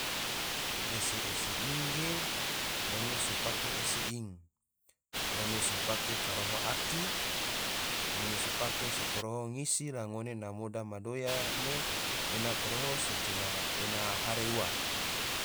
Ese-ses ing ge, ngone so pake ese ing, ngone so pake koroho aki, ngone so pake so koroho ese ngone na moda madoya ne, ena koroho se coma ena hare ua